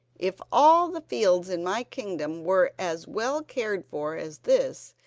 if all the fields in my kingdom were as well cared for as this,